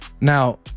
Now